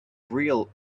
real